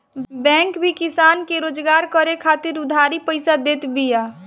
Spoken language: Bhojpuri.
बैंक भी किसान के रोजगार करे खातिर उधारी पईसा देत बिया